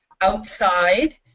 outside